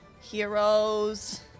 heroes